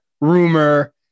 rumor